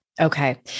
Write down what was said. Okay